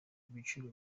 ibiciro